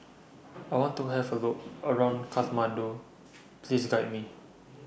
I want to Have A Look around Kathmandu Please Guide Me